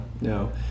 no